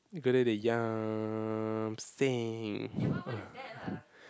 go there they yam-seng